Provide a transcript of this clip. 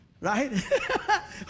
right